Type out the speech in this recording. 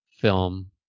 film